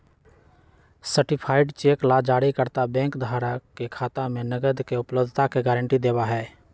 certified cheque ला जारीकर्ता bank धारक के खाता में नकद के उपलब्धता के गारंटी देवा हई